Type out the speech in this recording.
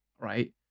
right